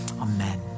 Amen